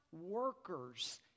workers